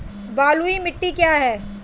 बलुई मिट्टी क्या है?